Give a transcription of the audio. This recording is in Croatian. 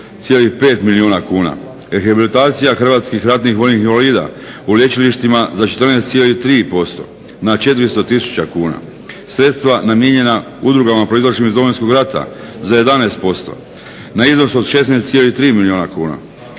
milijuna kuna. Rehabilitacija hrvatskih ratnih vojnih invalida u lječilištima za 14,3% na 400 tisuća kuna. Sredstva namijenjena udrugama proizašlim iz Domovinskog rata za 11% na iznos od 16,3 milijuna kuna,